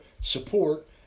support